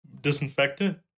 disinfectant